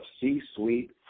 C-suite